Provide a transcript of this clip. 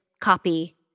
copy